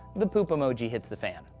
the poop emoji hits the fan.